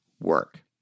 work